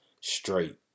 straight